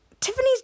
Tiffany's